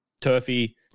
turfy